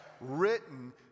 written